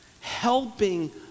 helping